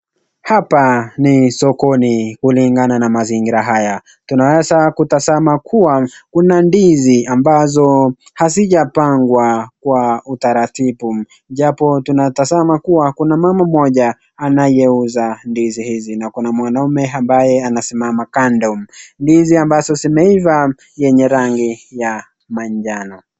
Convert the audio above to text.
Hapa ni sokoni kulingana na mazingira haya. Tunaeza kutazama kuwa kuna ndizi ambazo hazijapangwa kwa utaratibu japo tunatazama kuwa Kuna mama Moja anayeuza ndizi hizi na kuna mwanaume ambaye anasimama kando. Ndizi ambazo zimeiva yenye rangi ya manjano.